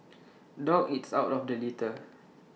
dog eats out of the litter